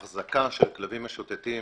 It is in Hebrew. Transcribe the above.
והחזקה של כלבים משוטטים